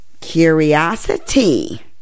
Curiosity